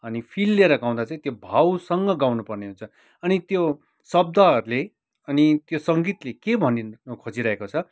अनि फिल लिएर गाउँदा चाहिँ त्यो भावसँग गाउनुपर्ने हुन्छ अनि त्यो शब्दहरूले अनि त्यो सङ्गीतले के भन्नु खोजिरहेको छ